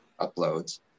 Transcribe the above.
uploads